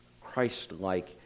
Christ-like